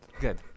good